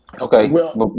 okay